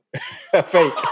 fake